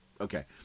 Okay